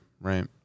right